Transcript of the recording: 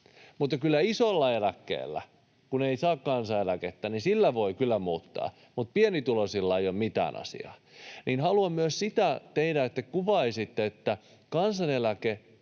ulkomaille. Isolla eläkkeellä, kun ei saa kansaneläkettä, voidaan kyllä muuttaa, mutta pienituloisilla ei ole mitään asiaa. Haluan myös, että kuvaisitte, että kansaneläke